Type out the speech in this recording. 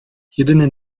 jedyny